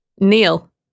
Neil